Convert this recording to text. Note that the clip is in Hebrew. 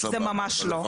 זה ממש לא.